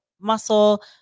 muscle